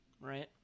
right